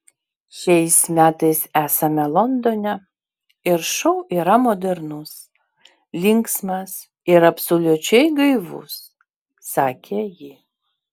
šiais metais esame londone ir šou yra modernus linksmas ir absoliučiai gaivus sakė ji